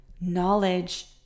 knowledge